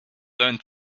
learned